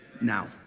now